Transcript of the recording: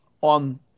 on